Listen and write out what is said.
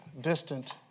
distant